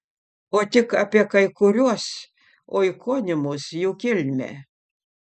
o tik apie kai kuriuos oikonimus jų kilmę